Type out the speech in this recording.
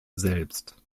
selbst